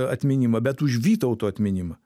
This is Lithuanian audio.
atminimą bet už vytauto atminimą